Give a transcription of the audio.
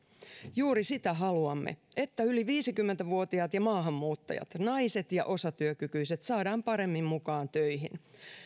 juuri sitä haluamme että yli viisikymmentä vuotiaat ja maahanmuuttajat naiset ja osatyökykyiset saadaan paremmin mukaan töihin